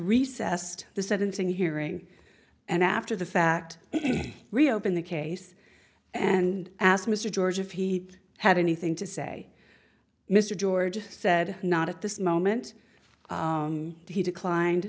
recessed the sentencing hearing and after the fact reopen the case and asked mr george if he had anything to say mr george said not at this moment he declined